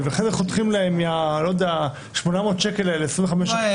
ואחרי זה חותכים להם 25% מ-800 שקל --- אולי